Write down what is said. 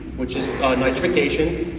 which is nitrification,